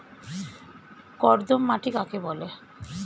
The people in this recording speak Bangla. কর্দম মাটি কাকে বলে?